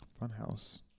Funhouse